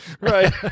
Right